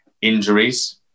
injuries